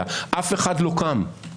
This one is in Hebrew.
אף אחד לא קם.